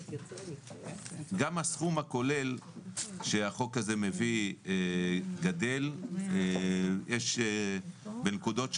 גם הסכום הכולל שהחוק הזה מביא גדל בנקודות שונות.